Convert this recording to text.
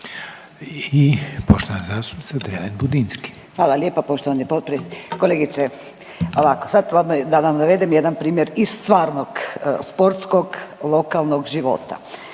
**Dreven Budinski, Nadica (HDZ)** Hvala lijepa poštovani potpredsjedniče. Kolegice ovako, sad da vam navedem jedan primjer iz stvarnog sportskog, lokalnog života.